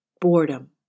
boredom